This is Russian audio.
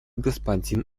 господин